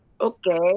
okay